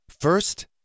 First